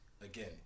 again